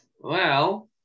Well-